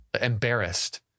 embarrassed